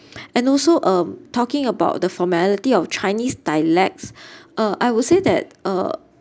and also um talking about the formality of chinese dialects uh I would say that uh